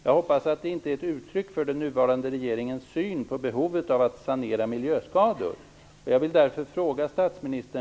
Jag hoppas att detta inte är ett uttryck för regeringens syn på behovet av att sanera miljöskador.